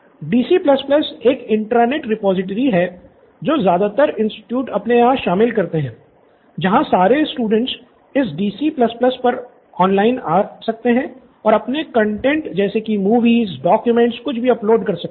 student Siddharth DC एक intranet repository है जो ज़्यादातर इंस्टीट्यूट अपने यहाँ शामिल करते हैं जहाँ सारे स्टूडेंट्स इस DC पर ऑनलाइन जा सकते है और अपने कंटैंट जैसे कि मूवीस डॉक्युमेंट्स कुछ भी अपलोड कर सकते हैं